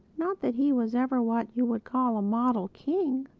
not that he was ever what you would call a model king.